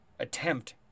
Attempt